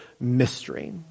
mystery